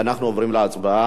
אנחנו עוברים להצבעה.